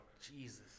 Jesus